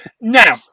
Now